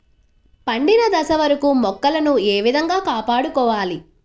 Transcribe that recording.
పండిన దశ వరకు మొక్కలను ఏ విధంగా కాపాడుకోవాలి?